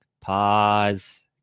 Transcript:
Pause